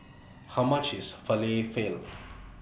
How much IS Falafel